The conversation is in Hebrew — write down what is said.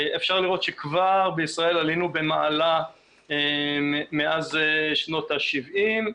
אפשר לראות שכבר בישראל עלינו במעלה מאז שנות ה-70,